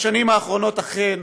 בשנים האחרונות אכן